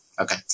okay